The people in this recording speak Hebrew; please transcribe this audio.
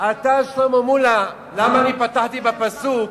שלמה מולה, למה פתחתי בפסוק?